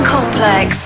Complex